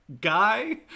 guy